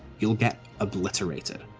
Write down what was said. you'll get obliterated.